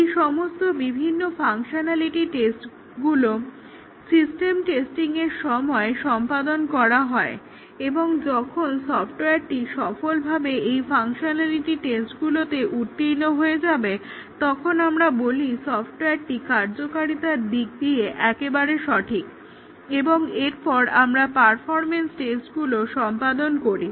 এই সমস্ত বিভিন্ন ফাংশনালিটি টেস্টগুলো সিস্টেম টেস্টিংয়ের সময় সম্পাদন করা হয় এবং যখন সফটওয়্যারটি সফলভাবে এই ফাংশনালিটি টেস্টগুলোতে উত্তীর্ণ হয়ে যায় তখন আমরা বলি সফটওয়্যারটি কার্যকারিতার দিক দিয়ে একেবারে সঠিক এবং এরপর আমরা পারফরম্যান্স টেস্টগুলো সম্পাদন করি